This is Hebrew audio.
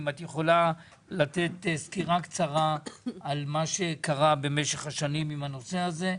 אם את יכולה לתת סקירה קצרה על מה שקרה במשך השנים עם הנושא הזה,